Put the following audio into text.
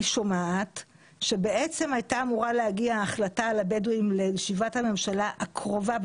שומעת שבעצם הייתה אמורה להגיע החלטה על הבדואים לישיבת הממשלה הקרובה,